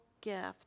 gift